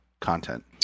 content